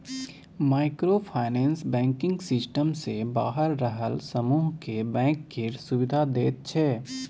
micro finance banking system सँ बाहर रहल समुह केँ बैंक केर सुविधा दैत छै